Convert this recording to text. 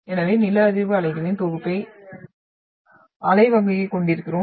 எனவே நில அதிர்வு அலைகளின் தொகுப்பை நீங்கள் பார்த்தால் அலை வகையை கொண்டிருக்கிறோம்